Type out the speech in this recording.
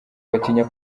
batinya